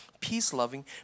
peace-loving